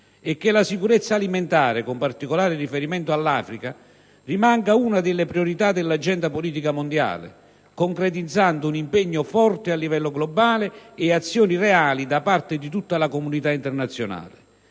e che la sicurezza alimentare, con particolare riferimento all'Africa, rimanga una delle priorità dell'agenda politica mondiale, concretizzando un impegno forte a livello globale e azioni reali da parte di tutta la comunità internazionale.